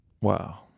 Wow